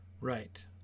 Right